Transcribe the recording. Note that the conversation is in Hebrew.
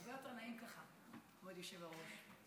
נעים ככה, כבוד היושב-ראש.